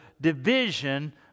division